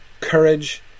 courage